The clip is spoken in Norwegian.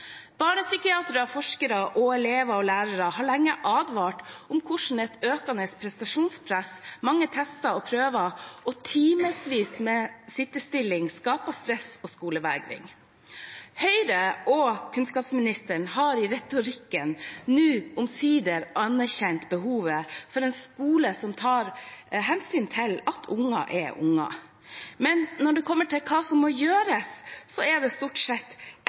Barnepsykiatere, forskere og elever og lærere har lenge advart om hvordan et økende prestasjonspress, mange tester og prøver og timevis med stillesitting skaper stress og skolevegring. Høyre og kunnskapsministeren har i retorikken nå omsider anerkjent behovet for en skole som tar hensyn til at unger er unger, men når det kommer til hva som må gjøres, er det stort sett